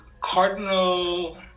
Cardinal